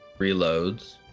Reloads